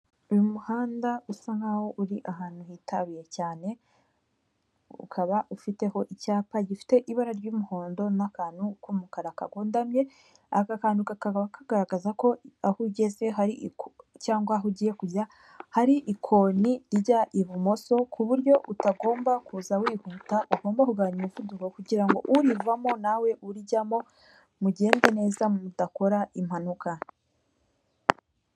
Uyu muhanda usa nkaho uri ahantu hitaruye cyane ukaba ufiteho icyapa gifite ibara ry'umuhondo n'akantu k'umukara kagondamye aka kantuba kagaragaza ko aho ugeze cyangwa aho ugiye kujya hari ikoni rijya ibumoso ku buryo utagomba kuza wihuta, ugomba kugabanya umuvuduko kugira ngo urivamo nawe uriryamo mugende neza mudakora impanuka.